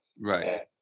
Right